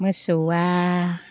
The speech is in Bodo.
मोसौआ